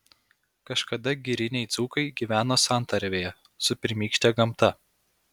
kažkada giriniai dzūkai gyveno santarvėje su pirmykšte gamta